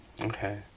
Okay